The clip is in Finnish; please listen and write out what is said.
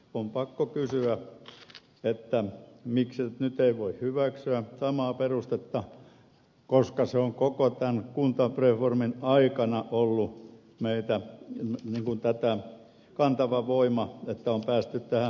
on pakko kysyä miksi nyt ei voi hyväksyä samaa perustetta koska se on koko tämän kuntareformin aikana ollut kantava voima että on päästy tähän päivään asti